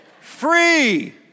Free